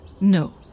No